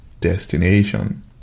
destination